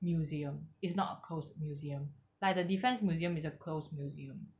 museum is not closed museum like the defence museum is a closed museum